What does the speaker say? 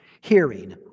hearing